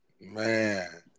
Man